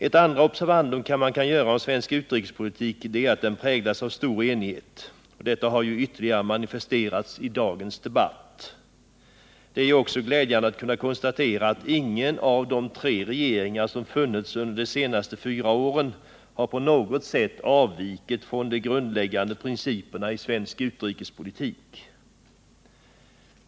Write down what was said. Ett andra observandum man kan göra om svensk utrikespolitik är att den präglas av stor enighet. Detta har ytterligare manifesterats i dagens debatt. Det är också glädjande att kunna konstatera att ingen av de tre regeringar som funnits under de senaste fyra åren på något sätt har avvikit från de grundläggande principerna i svensk utrikespolitik.